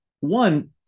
One